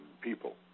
people